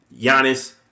Giannis